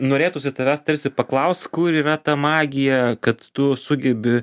norėtųsi tavęs tarsi paklaust kur yra ta magija kad tu sugebi